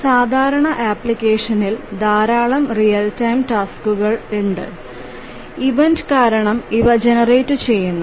ഒരു സാധാരണ ആപ്ലിക്കേഷനിൽ ധാരാളം റിയൽ ടൈം ടാസ്ക്കുകൾ ഉണ്ട് ഇവന്റ് കാരണം ഇവ ജനറേറ്റുചെയ്യുന്നു